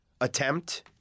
attempt